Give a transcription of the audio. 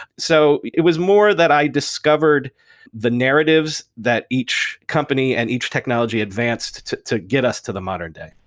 so it was more that i discovered the narratives that each company and each technology advanced to to get us to the modern day.